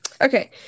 Okay